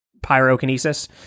pyrokinesis